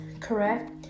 correct